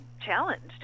challenged